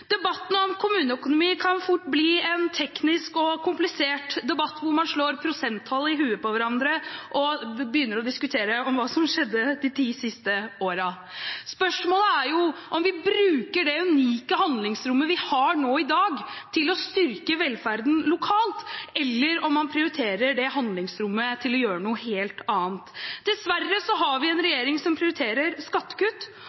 Debatten om kommuneøkonomi kan fort bli en teknisk og komplisert debatt, der man slår prosenttall i hodene på hverandre og begynner å diskutere hva som skjedde de ti siste årene. Spørsmålet er om vi bruker det unike handlingsrommet vi har nå i dag, til å styrke velferden lokalt, eller om man prioriterer det handlingsrommet til å gjøre noe helt annet. Dessverre har vi en